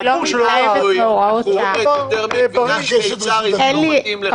הייתי יכול לאהוב או לא את הקונסטרוקציה או המבנה שבונים אבל